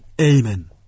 Amen